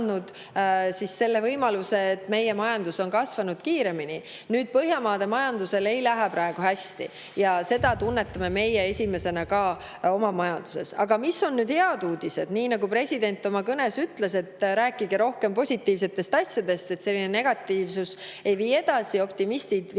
on andnud võimaluse, et meie majandus on saanud kiiremini kasvada. Põhjamaade majandusel ei lähe praegu hästi ja seda tunnetame meie esimesena ka oma majanduses. Aga mis on head uudised? Nii nagu president oma kõnes ütles, rääkige rohkem positiivsetest asjadest, selline negatiivsus ei vii edasi, optimistid viivad